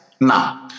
Now